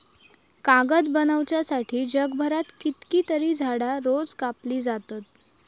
कागद बनवच्यासाठी जगभरात कितकीतरी झाडां रोज कापली जातत